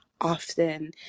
often